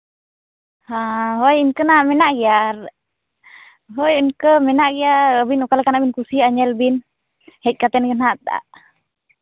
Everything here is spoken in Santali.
ᱦᱳᱭ ᱤᱱᱠᱟᱱᱟᱜ ᱢᱮᱱᱟᱜ ᱜᱮᱭᱟ ᱟᱨ ᱦᱳᱭ ᱤᱱᱠᱟᱹ ᱢᱮᱱᱟᱜ ᱜᱮᱭᱟ ᱟᱹᱵᱤᱱ ᱚᱠᱟ ᱞᱮᱠᱟᱱᱟᱜ ᱵᱤᱱ ᱠᱩᱥᱤᱭᱟᱜᱼᱟ ᱧᱮᱞ ᱵᱤᱱ ᱦᱮᱡ ᱠᱟᱛᱮ ᱜᱮ ᱦᱟᱸᱜ